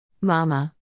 Mama